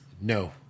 No